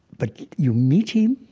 but you meet him